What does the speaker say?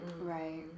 Right